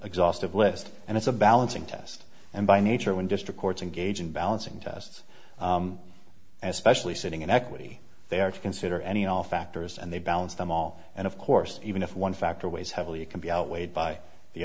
exhaustive list and it's a balancing test and by nature when just records engage in balancing tests and especially sitting in equity they are to consider any all factors and they balance them all and of course even if one factor weighs heavily it can be outweighed by the